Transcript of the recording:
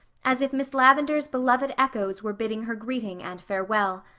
as if miss lavendar's beloved echoes were bidding her greeting and farewell.